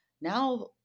Now